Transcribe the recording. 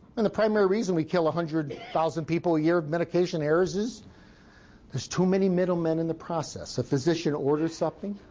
and the primary reason we kill one hundred thousand people a year with medication errors is there's too many middlemen in the process. a physician orders something.